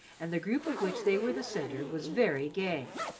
and the group of which they were the centre was very gay.